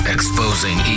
Exposing